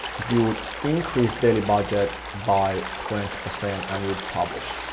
you would increase daily budget by twenty percent and you would publish.